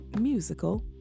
musical